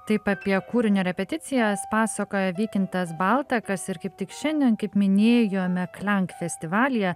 taip apie kūrinio repeticijas pasakoja vykintas baltakas ir kaip tik šiandien kaip minėjome klenk festivalyje